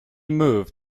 moved